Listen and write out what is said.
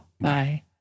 Bye